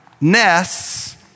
nests